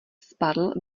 spadl